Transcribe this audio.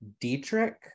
Dietrich